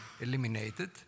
eliminated